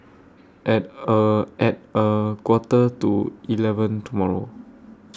At A At A Quarter to eleven tomorrow